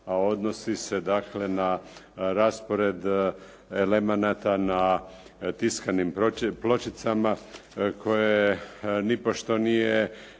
a odnosi se dakle na raspored elemenata na tiskanim pločicama koje nipošto nije